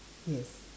yes